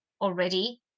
already